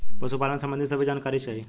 पशुपालन सबंधी सभे जानकारी चाही?